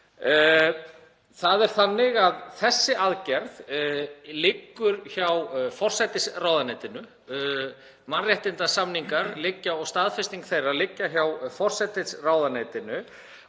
samfélagi. Þessi aðgerð liggur hjá forsætisráðuneytinu. Mannréttindasamningar og staðfesting þeirra liggja hjá forsætisráðuneytinu